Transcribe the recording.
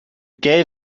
gave